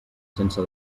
sense